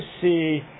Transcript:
see